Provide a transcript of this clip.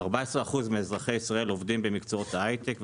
14% מאזרחי ישראל עובדים במקצועות ההייטק,